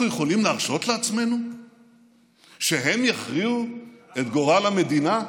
אנחנו יכולים להרשות לעצמנו שהם יכריעו את גורל המדינה?